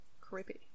creepy